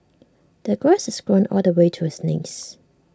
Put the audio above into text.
the grass is grown all the way to his knees